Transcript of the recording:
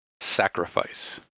Sacrifice